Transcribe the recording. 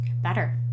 better